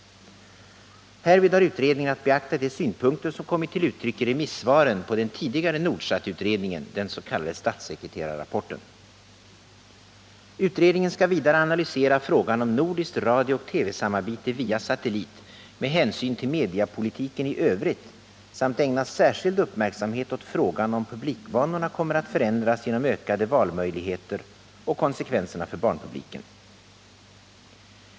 Härvid har utredningen att beakta de synpunkter som kommit till uttryck i remissvaren på den tidigare Nordsatutredningen, den s.k. statssekreterarrapporten. Utredningen skall vidare analysera frågan om nordiskt radiooch TV samarbete via satellit med hänsyn till mediapolitiken i övrigt samt ägna särskild uppmärksamhet åt frågan, om publikvanorna kommer att förändras genom ökade valmöjligheter och konsekvenserna för barnpubliken.